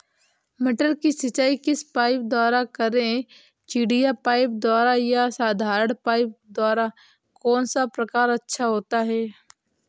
मटर की सिंचाई किस पाइप द्वारा करें चिड़िया पाइप द्वारा या साधारण पाइप द्वारा कौन सा प्रकार अच्छा होता है?